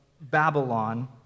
Babylon